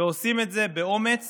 ועושים את זה באומץ